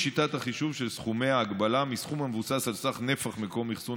החישוב של סכומי ההגבלה מסכום המבוסס על סך נפח מקום אחסון